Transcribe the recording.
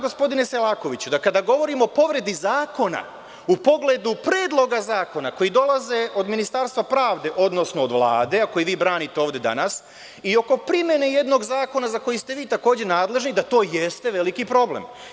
Gospodine Selakoviću, kada govorimo o povredi zakona, u pogledu predloga zakona koji dolaze od Ministarstva pravde, odnosno od Vlade, a koje vi branite ovde danas, i oko primene jednog zakona za koji ste vi takođe nadležni, ja smatram da to jeste veliki problem.